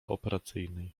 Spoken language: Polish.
operacyjnej